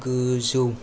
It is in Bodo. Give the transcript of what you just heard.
गोजौ